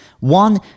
One